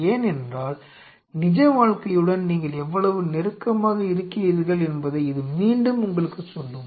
ஏனென்றால் நிஜ வாழ்க்கையுடன் நீங்கள் எவ்வளவு நெருக்கமாக இருக்கிறீர்கள் என்பதை இது மீண்டும் உங்களுக்குச் சொல்லும்